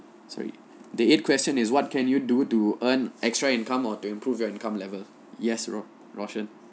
sorry the eighth question is what can you do to earn extra income or to improve your income level yes ro~ rocient